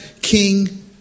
king